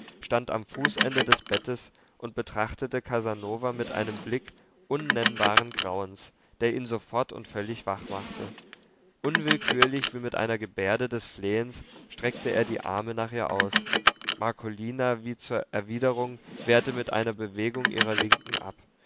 stand am fußende des bettes und betrachtete casanova mit einem blick unnennbaren grauens der ihn sofort und völlig wach machte unwillkürlich wie mit einer gebärde des flehens streckte er die arme nach ihr aus marcolina wie zur erwiderung wehrte mit einer bewegung ihrer linken ab